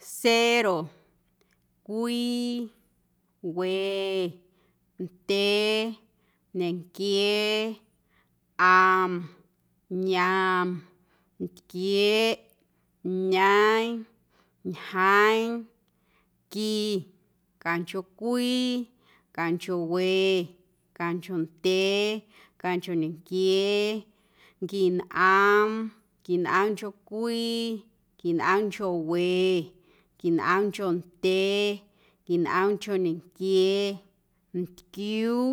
Cero, cwii, we, ndyee, ñenquiee, ꞌom, yom, ntquieeꞌ, ñeeⁿ, ñjeeⁿ, qui, canchoꞌcwii, canchoꞌwe, canchoꞌndyee, canchoꞌ ñenquiee, nquinꞌoom, nquinꞌoomncho cwii, nquinꞌoomncho we, nquinꞌoomncho ndyee, nquinꞌoomncho ñenquiee, ntquiuu,